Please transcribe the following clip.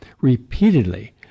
Repeatedly